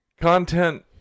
Content